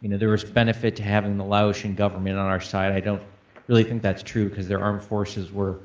you know there was benefit to having the laotian government on our side. i don't really think that's true, cause their armed forces were